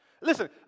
Listen